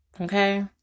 Okay